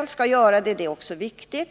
att oljeskyddskommittén gör det.